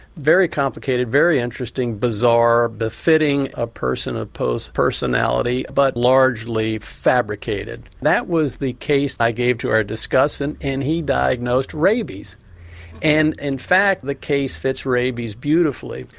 very complicated, very interesting, bizarre befitting a person of poe's personality but largely fabricated. that was the case i gave to our discussant and he diagnosed rabies and in fact the case fits rabies beautifully.